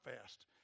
fast